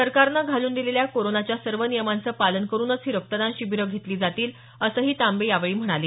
सरकारनं घालून दिलेल्या कोरोनाच्या सर्व नियमांचं पालन करुनच ही रक्तदान शिबीर घेतली जातील असही तांबे या वेळी म्हणाले